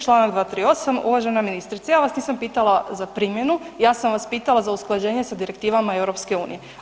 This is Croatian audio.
Čl. 238, uvažena ministrice, ja vas nisam pitala za primjenu, ja sam vas pitala za usklađenje sa direktivama EU.